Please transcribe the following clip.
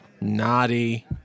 naughty